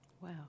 Wow